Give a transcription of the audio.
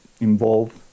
involved